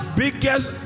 biggest